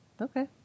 Okay